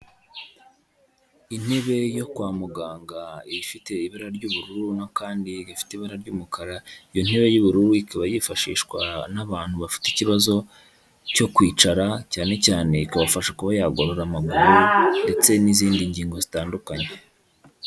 Intebe yo kwa muganga ifite ibara ry'ubururu n'akandi gafite ibara ry'umukara, iyo ntebe y'ubururu ikaba yifashishwa n'abantu bafite ikibazo cyo kwicara, cyane cyane ikabafasha kuba yagorora amaguru ndetse n'izindi ngingo zitandukanye.